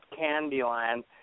Candyland